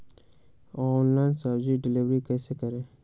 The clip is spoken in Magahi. ऑनलाइन सब्जी डिलीवर कैसे करें?